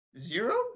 zero